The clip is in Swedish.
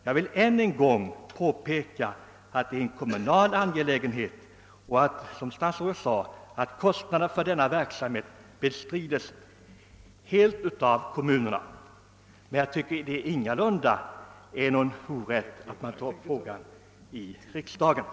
Jag vill än en gång påpeka att detta är en kommunal angelägenhet och att — som statsrådet också sade — kostnaderna för denna verksamhet helt bestrides av kommunerna. Men jag anser det ingalunda vara något fel att ta upp frågan i riksdagen.